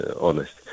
honest